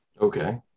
okay